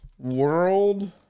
World